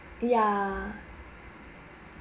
ya